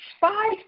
five